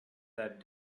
that